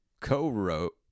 co-wrote